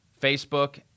Facebook